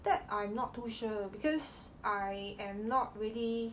that I'm not too sure because I am not really